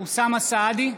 אוסאמה סעדי,